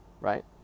right